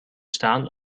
staan